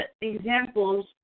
examples